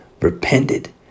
repented